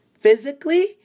physically